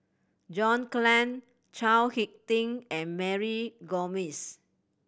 John Clang Chao Hick Tin and Mary Gomes